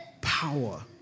power